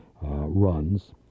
runs